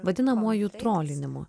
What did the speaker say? vadinamuoju trolinimu